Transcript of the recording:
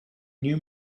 new